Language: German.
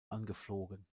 angeflogen